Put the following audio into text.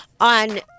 on